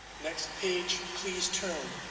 next page, please turn,